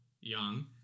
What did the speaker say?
young